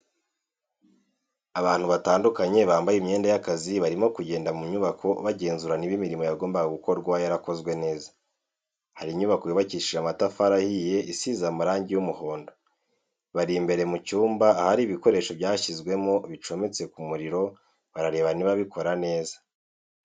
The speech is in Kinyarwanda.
Abantu batandukanye bambaye imyenda y'akazi barimo kugenda mu nyubako bagenzura niba imirimo yagombaga gukorwa yarakozwe neza, hari inyubako yubakishije amatafari ahiye isize amarangi y'umuhondo, bari imbere mu cyumba ahari ibikoresho byashyizwemo bicometse ku muriro barareba niba bikora neza.